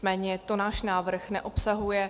Nicméně to náš návrh neobsahuje.